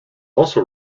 also